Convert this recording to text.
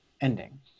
ending